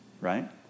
right